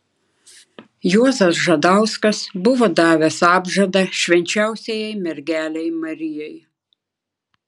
juozas žadauskas buvo davęs apžadą švenčiausiajai mergelei marijai